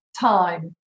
time